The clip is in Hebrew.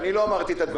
אני לא אמרתי את הדברים.